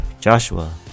joshua